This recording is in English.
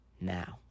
Now